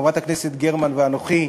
חברת הכנסת גרמן ואנוכי,